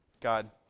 God